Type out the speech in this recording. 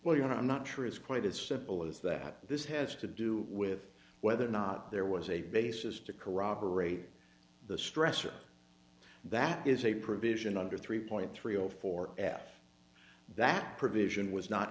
well you know i'm not sure it's quite as simple as that this has to do with whether or not there was a basis to corroborate the stress or that is a provision under three point three zero four that provision was not